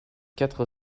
quatre